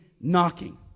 knocking